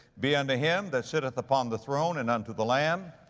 be unto him that sitteth upon the throne, and unto the lamb